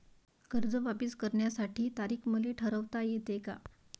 कर्ज वापिस करण्याची तारीख मले ठरवता येते का?